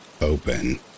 open